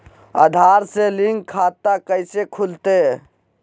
आधार से लिंक खाता कैसे खुलते?